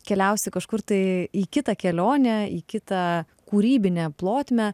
keliausi kažkur tai į kitą kelionę į kitą kūrybinę plotmę